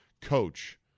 coach